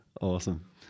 Awesome